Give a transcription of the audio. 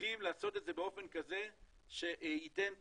צריכים לעשות את זה באופן כזה שייתן תקווה,